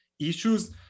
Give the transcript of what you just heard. Issues